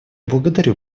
благодарю